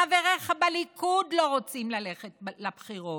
חבריך בליכוד לא רוצים ללכת לבחירות,